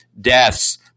deaths